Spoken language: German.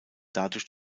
dadurch